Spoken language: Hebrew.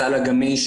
הסל הגמיש,